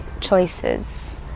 choices